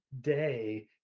day